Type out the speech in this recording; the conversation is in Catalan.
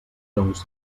joncs